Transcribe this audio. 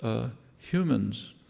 humans,